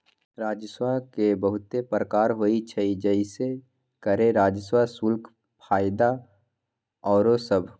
राजस्व के बहुते प्रकार होइ छइ जइसे करें राजस्व, शुल्क, फयदा आउरो सभ